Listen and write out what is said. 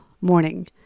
morning